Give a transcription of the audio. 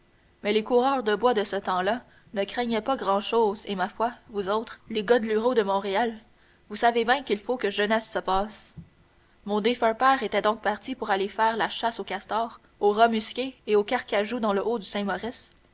mais les coureurs des bois de ce temps-là ne craignaient pas grand-chose et ma foi vous autres les godelureaux de montréal vous savez bien qu'il faut que jeunesse se passe mon défunt père était donc parti pour aller faire la chasse au castor au rat musqué et au carcajou dans le haut du saint-maurice